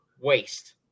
waste